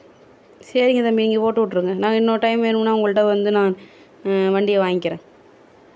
சரிங்க தம்பி நீங்கள் போட்டு விட்ருங்க நாங்கள் இன்னொரு டைம் வேணும்னா உங்கள்கிட்ட வந்து நான் வண்டி வாங்கிக்கிறேன்